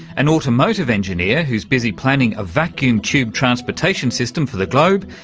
an automotive engineer who's busy planning a vacuum-tube transportation system for the globe,